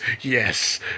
yes